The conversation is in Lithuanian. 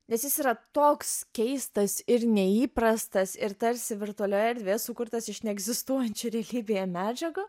nes jis yra toks keistas ir neįprastas ir tarsi virtualioje erdvėje sukurtas iš neegzistuojančių realybėje medžiagų